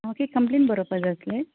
म्हाक एक कंप्लेन बरोवपा जाय आसली